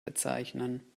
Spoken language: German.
bezeichnen